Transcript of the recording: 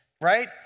right